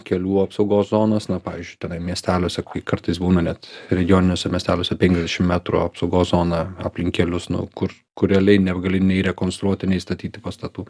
kelių apsaugos zonos na pavyzdžiui miesteliuose kartais būna net regioniniuose miesteliuose penkiadešim metrų apsaugos zona aplink kelius nu kur kur realiai negali nei rekonstruoti nei statyti pastatų